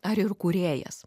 ar ir kūrėjas